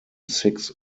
six